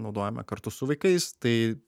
naudojame kartu su vaikais tai